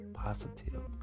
positive